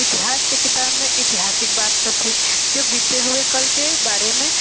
इतिहास के किताब मे इतिहासक बात सब छै जे बीते हुए कल के बारे मे